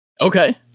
Okay